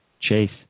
chase